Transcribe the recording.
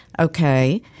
okay